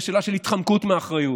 זו שאלה של התחמקות מאחריות.